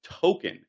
token